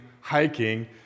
hiking